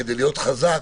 כדי להיות חזק,